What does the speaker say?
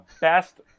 best